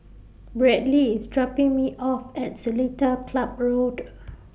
Bradley IS dropping Me off At Seletar Club Road